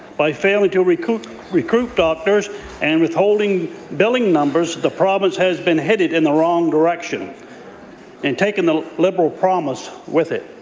by failing to recruit recruit doctors and withholding billing numbers, the province has been headed in the wrong direction and taking the liberal promise with it.